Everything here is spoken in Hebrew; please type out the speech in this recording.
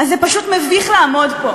אז זה פשוט מביך לעמוד פה,